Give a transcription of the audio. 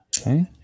Okay